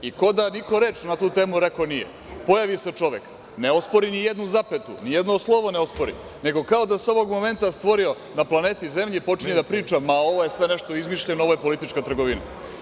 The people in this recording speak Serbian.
Ko da niko reč na tu temu rekao nije, pojavi se čovek, ne ospori ni jednu zapetu, ni jedno slovo ne ospori, nego kao da se ovog momenta stvorio na planeti Zemlji i počinje da priča – ma ovo je sve nešto izmišljeno, ovo je politička trgovina.